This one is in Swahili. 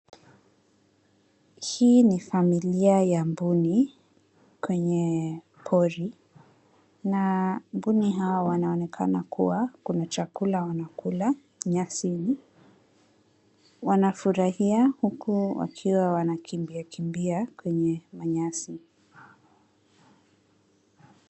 Hii ni familia ya mbuni kwenye pori na mbuni hao wanaonekana kuwa kuna chakula wanakula nyasini. Wanafurahia huku wakiwa wanakimbia kimbia kwenye manyasi.